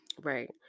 Right